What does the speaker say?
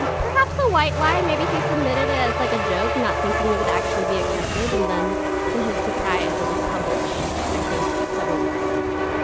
and perhaps a white lie. maybe he submitted it as like a joke, not thinking it would actually be accepted. and then to his surprise, it was published, i think, several weeks later.